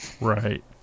right